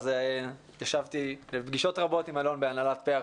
אז ישבתי בפגישות רבות עם אלון בהנהלת פר"ח.